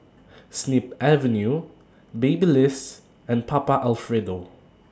Snip Avenue Babyliss and Papa Alfredo